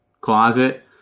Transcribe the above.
closet